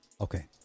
okay